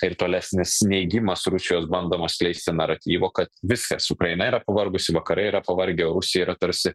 ir tolesnis neigimas rusijos bandomo skleisti naratyvo kad viskas ukraina yra pavargusi vakarai yra pavargę rusija yra tarsi